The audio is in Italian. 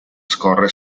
scorre